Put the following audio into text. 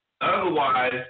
Otherwise